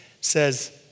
says